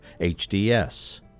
HDS